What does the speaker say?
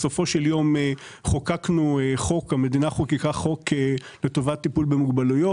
בסופו של יום המדינה חוקקה חוק לטובת טיפול במוגבלויות,